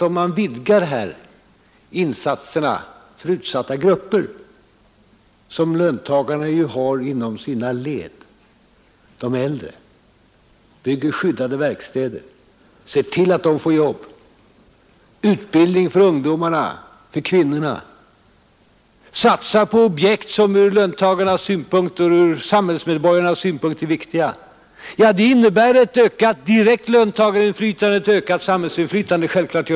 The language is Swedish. Om man vidgar insatserna för utsatta grupper, som löntagarna ju har inom sina led — bygger skyddade verkstäder, ser till att de äldre får jobb, ger tillfälle till utbildning för ungdomarna och för kvinnorna, satsar på objekt som ur löntagarnas och alla samhällsmedborgares synpunkt är viktiga — innebär det självfallet ett ökat direkt löntagarinflytande och ett ökat samhällsinflytande.